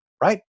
right